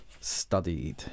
studied